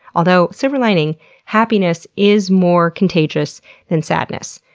although silver lining happiness is more contagious than sadness.